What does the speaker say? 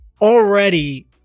already